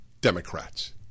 Democrats